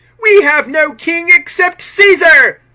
we have no king, except caesar,